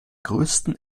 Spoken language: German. größten